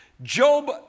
Job